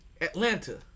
Atlanta